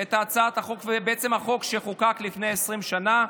את הצעת החוק ואת החוק שחוקק לפני 20 שנה.